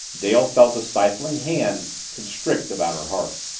dale felt a stifling hand constrict about her heart.